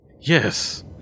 Yes